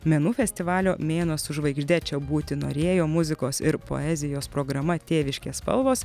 menų festivalio mėnuo su žvaigžde čia būti norėjo muzikos ir poezijos programa tėviškės spalvos